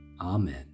Amen